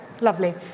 lovely